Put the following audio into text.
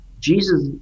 Jesus